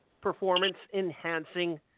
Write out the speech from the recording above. performance-enhancing